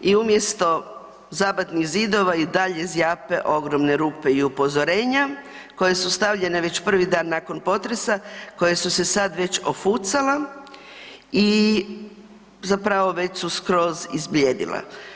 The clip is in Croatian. i umjesto zabatnih zidova i dalje zjape ogromne rupe i upozorenja koje su stavljene već prvi dan nakon potresa koje su se sad već ofucala i zapravo već su skroz izblijedila.